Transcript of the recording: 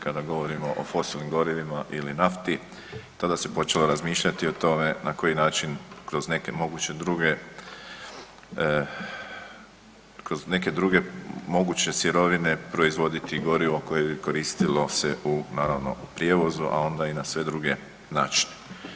Kada govorimo o fosilnim gorivima ili nafti, tada se počelo razmišljati o tome na koji način kroz neke moguće druge, kroz neke druge moguće sirovine proizvoditi gorivo koje koristilo se u naravno prijevozu, a onda i na sve druge načine.